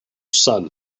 son